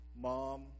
mom